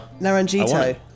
Naranjito